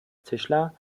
tischler